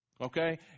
Okay